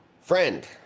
Friend